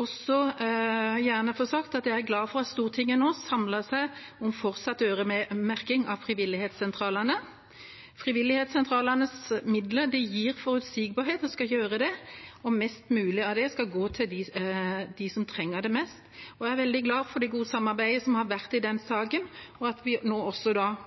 også gjerne få sagt at jeg er glad for at Stortinget nå samler seg om fortsatt øremerking av frivilligsentralene. Frivilligsentralenes midler gir forutsigbarhet og skal gjøre det, og mest mulig av det skal gå til dem som trenger det mest. Jeg er veldig glad for det gode samarbeidet som har vært i den saken, og at vi nå